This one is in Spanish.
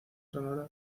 sonora